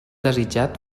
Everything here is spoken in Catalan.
desitjat